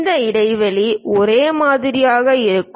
இந்த இடைவெளி ஒரே மாதிரியாக இருக்கும்